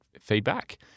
feedback